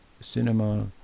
cinema